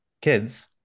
kids